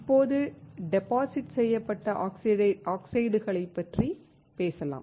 இப்போது டெபாசிட் செய்யப்பட்ட ஆக்சைடுகளைப் பற்றி பேசலாம்